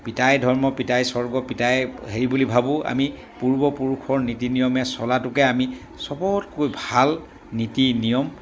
পিতায়ে ধৰ্ম পিতায়ে স্বৰ্গ পিতাই হেৰি বুলি ভাবোঁ আমি পূৰ্বপুৰুষৰ নীতি নিয়মে চলাটোকে আমি চবতকৈ ভাল নীতি নিয়ম